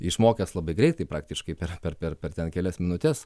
išmokęs labai greitai praktiškai per per per kelias minutes